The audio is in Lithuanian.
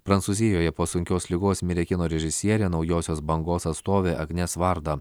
prancūzijoje po sunkios ligos mirė kino režisierė naujosios bangos atstovė agnes varda